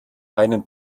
einen